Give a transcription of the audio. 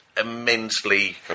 immensely